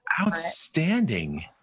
outstanding